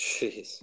Jeez